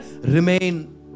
remain